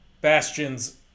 Bastion's